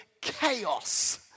chaos